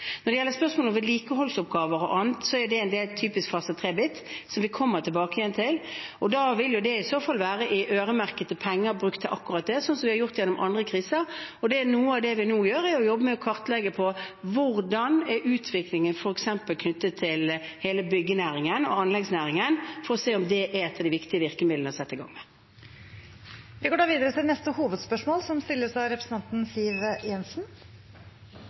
Når det gjelder spørsmålet om vedlikeholdsoppgaver og annet, er det en typisk fase 3-bit som vi kommer tilbake til. Da vil det i så fall være i øremerkede penger brukt til akkurat det, slik vi har gjort ved andre kriser. Noe av det vi nå gjør, er jo å kartlegge hvordan utviklingen er f.eks. knyttet til hele byggenæringen og anleggsnæringen, for å se om det er et av de viktige virkemidlene å sette i gang. Vi går da videre til neste hovedspørsmål. Nedstengingen av samfunnet for å begrense smitte av